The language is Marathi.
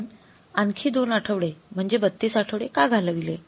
आपण आणखी दोन आठवडे म्हणजे 32 आठवडे का घालविले